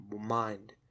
mind